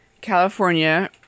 California